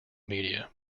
media